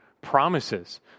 promises